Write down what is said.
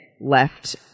left